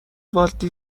والت